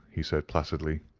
he said, placidly.